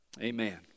Amen